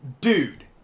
Dude